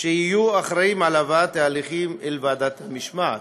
שיהיו אחראים להבאת ההליכים אל ועדת המשמעת.